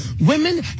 Women